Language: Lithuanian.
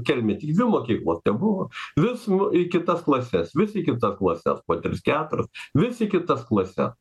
kelmetyzų mokyklos tebuvo vis mu į kitas klases vis į kitas klases po tris keturis vis į kitas klases